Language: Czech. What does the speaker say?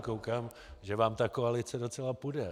Koukám, že vám ta koalice docela půjde.